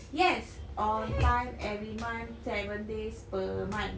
yes all time every month seven days per month